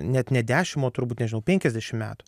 net ne dešim o turbūt penkiasdešim metų